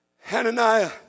Hananiah